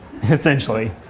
Essentially